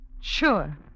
Sure